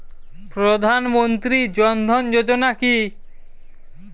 প্রধান মন্ত্রী জন ধন যোজনা কি?